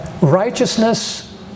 Righteousness